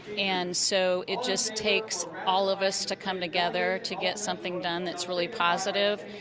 and so it just takes all of us to come together to get something done that's really positive.